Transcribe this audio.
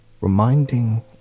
reminding